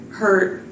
hurt